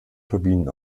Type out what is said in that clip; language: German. turbinen